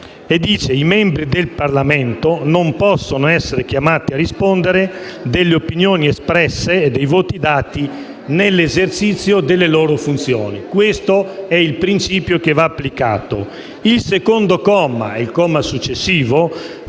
«I membri del Parlamento non possono essere chiamati a rispondere delle opinioni espresse e dei voti dati nell'esercizio delle loro funzioni». Questo è il principio che va applicato. Il secondo comma fa riferimento